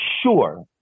sure